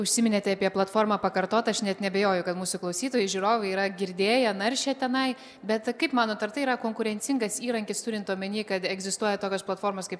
užsiminėte apie platformą pakartot aš net neabejoju kad mūsų klausytojai žiūrovai yra girdėję naršė tenai bet tai kaip manot ar tai yra konkurencingas įrankis turint omenyje kad egzistuoja tokios platformos kaip